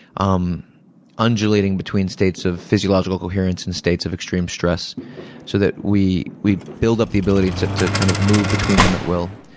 um undulating between states of physiological coherence and states of extreme stress so that we we build up the ability to to kind of move between them at will.